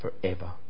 forever